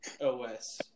OS